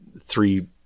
three